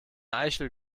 eichel